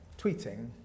tweeting